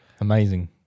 Amazing